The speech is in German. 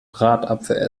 bratapfel